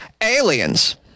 aliens